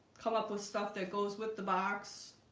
come up with stuff that goes with the box